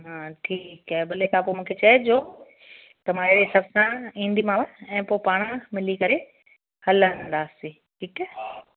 हा ठीकु आहे भले तव्हां पोइ मूंखे चइजो त मां अहिड़े हिसाब सां ईंदीमाव ऐं पोइ पाण मिली करे हलंदासीं ठीकु आहे